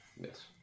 Yes